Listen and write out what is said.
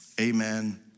amen